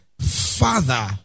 Father